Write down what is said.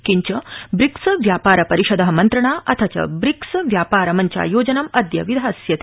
किंच ब्रिक्स व्यापार परिषद मन्त्रणा अथ च ब्रिक्स व्यापार मंचायोजनं अदय विधास्यते